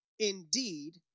Indeed